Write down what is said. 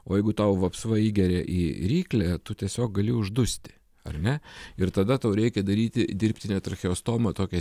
o jeigu tau vapsva įgelia į ryklę tu tiesiog gali uždusti ar ne ir tada tau reikia daryti dirbtinę tracheostomą tokią